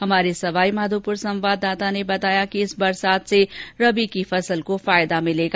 हमारे सवाई माधोपुर संवाददाता ने बताया कि इस बरसात से रबी की फसल को फायदा मिलेगा